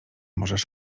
możesz